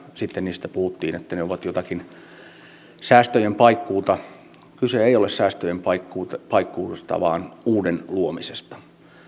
sitten niistä puhuttiin että ne ovat jotakin säästöjen paikkuuta kyse ei ole säästöjen paikkuusta vaan uuden luomisesta